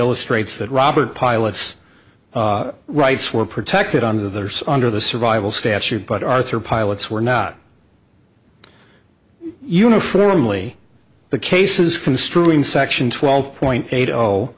illustrates that robert pilots rights were protected on the under the survival statute but arthur pilots were not uniformly the cases construing section twelve point eight